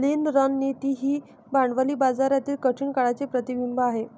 लीन रणनीती ही भांडवली बाजारातील कठीण काळाचे प्रतिबिंब आहे